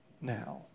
now